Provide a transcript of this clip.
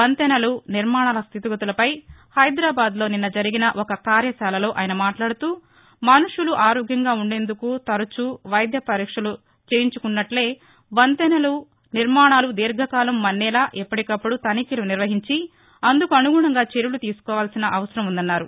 వంతెసలు నిర్మాణాల స్దితిగతులపై హైదరాబాద్ లో నిన్న జరిగిన ఒక కార్యశాలలో ఆయన మాట్లాడుతూమనుషులు ఆరోగ్యంగా ఉందేందుకు తరచూ వైద్య పరీక్షలు చేయించుకున్నట్లే వంతెసలు నిర్మాణాలు దీర్ఘకాలం మన్నేలా ఎప్పటికప్పుడు తనిఖీలు నిర్వహించి అందుకు అనుగుణంగా చర్యలు తీసుకోవాల్సి ఉందన్నారు